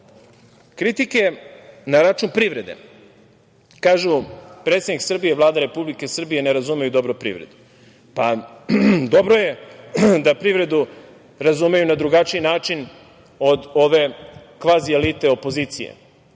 dugom. Kritike na račun privrede. Kažu, predsednik Srbije, Vlada Republike Srbije ne razumeju dobro privredu. Dobro je da privredu razumeju na drugačiji način od ove kvazi elite, opozicije,